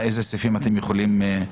אילו סעיפים אתם יכולים?